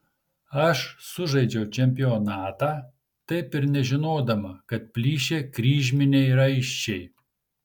aš sužaidžiau čempionatą taip ir nežinodama kad plyšę kryžminiai raiščiai